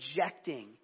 Rejecting